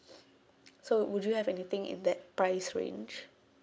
so would you have anything in that price range